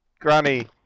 Granny